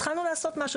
התחלנו לעשות משהו.